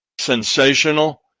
Sensational